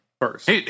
First